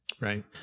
Right